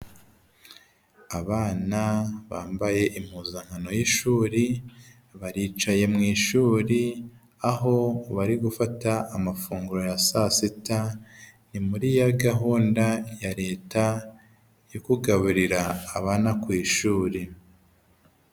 Abana bambaye impuzankano y'ishuri baricaye mu ishuri, aho bari gufata amafunguro ya saa sita, ni muri ya gahunda ya leta yo kugaburira abana ku ishuri.